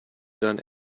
done